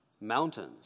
mountains